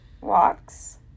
walks